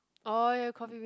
orh ya coffee-bean